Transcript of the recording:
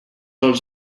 els